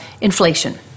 inflation